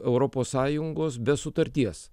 europos sąjungos be sutarties